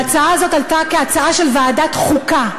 ההצעה הזאת עלתה כהצעה של ועדת החוקה.